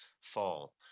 fall